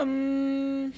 um